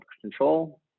control